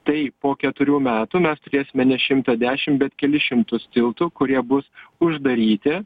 tai po keturių metų mes turėsime ne šimtą dešim bet kelis šimtus tiltų kurie bus uždaryti